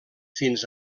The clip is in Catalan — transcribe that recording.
fins